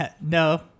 No